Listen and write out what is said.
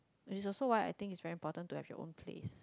this is so why I think is very important to have your own place